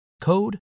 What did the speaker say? code